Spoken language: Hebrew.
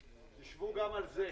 תשבו גם על זה.